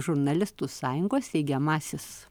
žurnalistų sąjungos steigiamasis